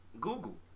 Google